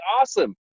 awesome